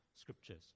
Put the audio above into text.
scriptures